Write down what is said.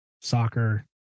soccer